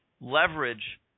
leverage